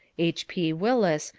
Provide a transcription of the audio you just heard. h p. willis,